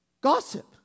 Gossip